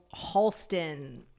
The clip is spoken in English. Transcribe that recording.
Halston